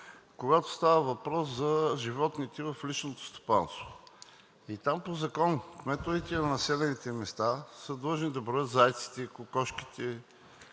когато става въпрос за животните в личното стопанство. И там по закон кметовете на населените места са длъжни да броят зайците, кокошките,